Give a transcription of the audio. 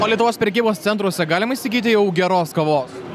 o lietuvos prekybos centruose galima įsigyti jau geros kavos